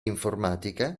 informatica